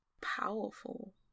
powerful